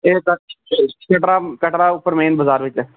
कटरा कटरा बिच मेन बजार उप्पर